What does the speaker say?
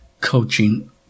coaching